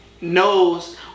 knows